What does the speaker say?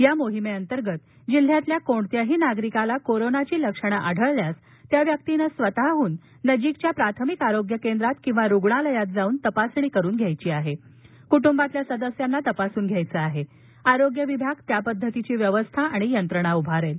या मोहिमे अंतर्गत जिल्ह्यातील कोणत्याही नागरिकाला कोरोनाची लक्षणं आढळल्यास त्या व्यक्तीनं स्वताहून नजिकच्या प्राथमिक आरोग्य केंद्रात किंवा रुग्णालयात जाऊन तपासणी करून घ्यायची आहे कुटुंबातील सदस्यांना तपासून घ्यायचं आहे आरोग्य विभाग त्या पद्धतीची व्यवस्था आणि यंत्रणा उभारेल